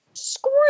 Screw